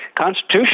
Constitution